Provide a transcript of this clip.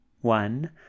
One